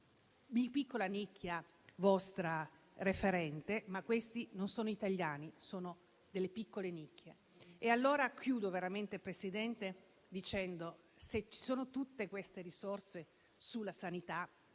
piccola nicchia vostra referente; ma questi non sono italiani, sono delle piccole nicchie. E allora chiudo veramente, Presidente, dicendo che, se ci sono tutte queste risorse sulla sanità,